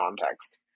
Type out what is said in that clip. context